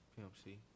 PMC